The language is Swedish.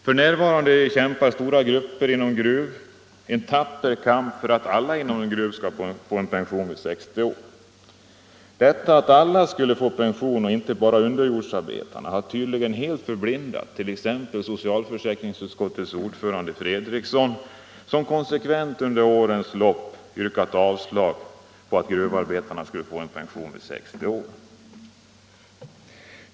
F.n. kämpar stora grupper inom Gruv en tapper kamp för att alla inom Gruv skall få pension vid 60 års ålder. Kravet att alla gruvarbetare skulle få sådan pension, inte bara underjordsarbetarna, har tydligen helt förblindat t.ex. socialförsäkringsutskottets ordförande Torsten Fredriksson, som konsekvent under årens lopp yrkat avslag på förslag om att gruvarbetarna skall få pension vid 60 års ålder.